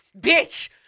Bitch